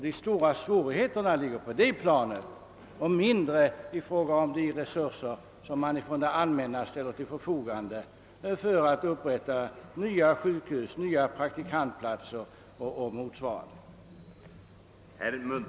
De stora svårigheterna ligger på detta plan och rör mindre de resurser som det allmänna ställer till förfogande för upprättande av nya sjukhus, nya praktikantplatser och annat.